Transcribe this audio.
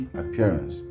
appearance